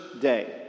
day